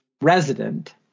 resident